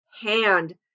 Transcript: hand